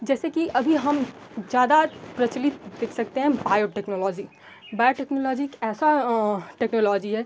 जैसे कि अभी हम ज़्यादा प्रचलित देख सकते हैं बायो टेक्नोलॉज़ी बायो टेक्नोलॉजी एक ऐसा टेक्नोलॉजी है